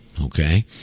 okay